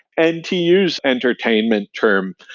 and to use entertainment term,